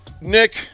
Nick